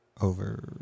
Over